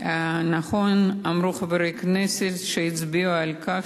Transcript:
נכון אמרו חברי הכנסת שהצביעו על כך,